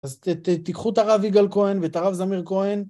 אז תיקחו את הרב יגאל כהן ואת הרב זמיר כהן.